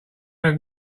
have